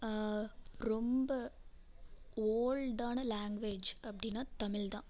ரொம்ப ஓல்டான லாங்குவேஜ் அப்படின்னா தமிழ்தான்